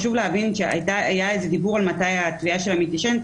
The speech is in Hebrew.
היה דיבור על מתי התביעה שלהם מתיישנת,